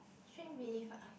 strange belief ah